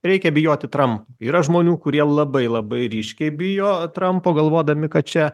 reikia bijoti tampo yra žmonių kurie labai labai ryškiai bijo trampo galvodami kad čia